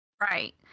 Right